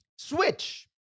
switch